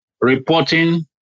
reporting